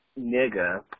nigga